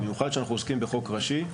במיוחד שאנחנו עוסקים בחוק ראשי,